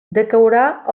decaurà